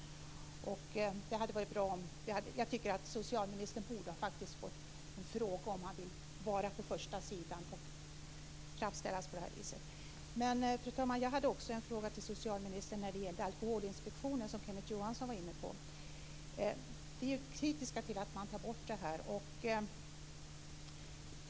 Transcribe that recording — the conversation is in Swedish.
Socialministern borde ha blivit tillfrågad om han ville vara avbildad på första sidan och framställas på det där viset. Fru talman! Jag hade också en fråga till socialministern om Alkoholinspektionen, som Kenneth Johansson var inne på. Vi är kritiska till att man ska ta bort den.